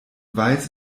weiß